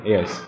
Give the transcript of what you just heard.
Yes